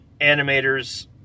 animators